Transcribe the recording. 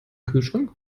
kühlschrank